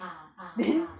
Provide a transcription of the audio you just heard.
ah ah ah